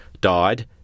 died